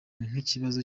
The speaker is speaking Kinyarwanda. nk’ikibazo